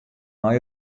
nei